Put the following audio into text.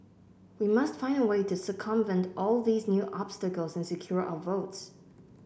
we must find a way to circumvent all these new obstacles and secure our votes